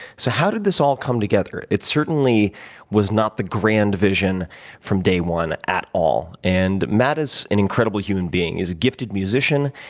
so how did this all come together? it certainly was not the grand vision from day one at all. and matt is an incredible human being. he's a gifted musician,